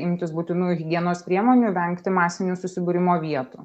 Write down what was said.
imtis būtinų higienos priemonių vengti masinių susibūrimo vietų